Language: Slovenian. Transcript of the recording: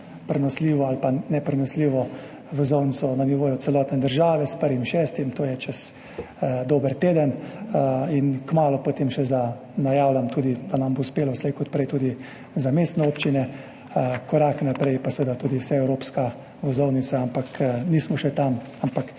prenosljivo ali neprenosljivo vozovnico na nivoju celotne države, s 1. 6., to je čez dober teden, in kmalu potem še najavljam tudi, da nam bo uspelo slej kot prej tudi za mestne občine. Korak naprej je pa seveda tudi vseevropska vozovnica, ampak nismo še tam. Treba